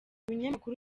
ibinyamakuru